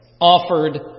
offered